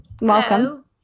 Welcome